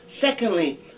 Secondly